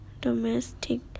domestic